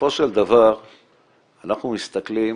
בסופו של דבר אנחנו מסתכלים